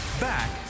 Back